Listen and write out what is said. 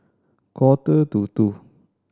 quarter to two